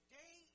day